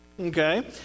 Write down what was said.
okay